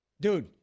Dude